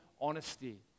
honesty